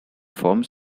forms